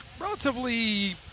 relatively